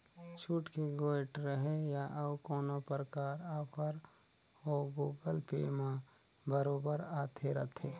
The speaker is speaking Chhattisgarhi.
छुट के गोयठ रहें या अउ कोनो परकार आफर हो गुगल पे म बरोबर आते रथे